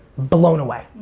blown away.